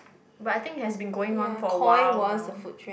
but I think has been going on for a while now